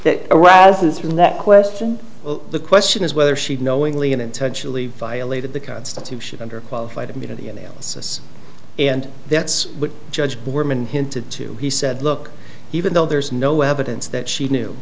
that arises from that question the question is whether she knowingly and intentionally violated the constitution under qualified immunity analysis and that's what judge boardman hinted to he said look even though there's no evidence that she knew